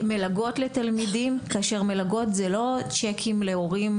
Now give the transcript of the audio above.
מלגות לתלמידים, כאשר מלגות זה לא צ'קים להורים